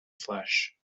flesh